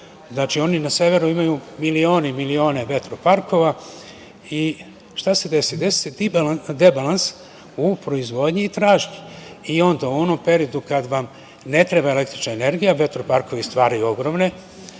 Nemačkoj. Oni na severu imaju milione i milione vetroparkova i šta se desi? Desi se da debalans u proizvodnji i tražnji. Onda u onom periodu kad vam ne treba električna energija vetroparkovi stvaraju ogromne